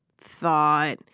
thought